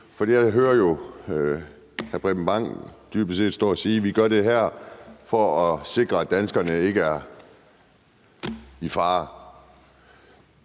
for jeg hører jo dybest set hr. Preben Bang Henriksen stå og sige, at man gør det her for at sikre, at danskerne ikke er i fare.